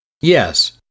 Yes